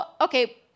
okay